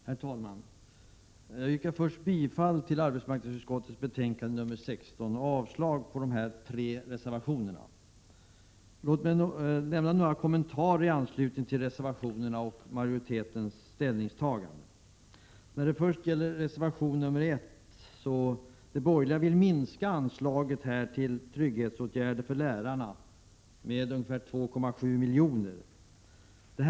Herr talman! Jag vill börja med att yrka bifall till arbetsmarknadsutskottets hemställan i betänkande 16 och avslag på de tre reservationerna. Låt mig göra några kommentarer i anslutning till reservationerna och 119 I reservation 1 vill de borgerliga minska anslaget till trygghetsåtgärder för lärare med ungefär 2,7 milj.kr.